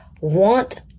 want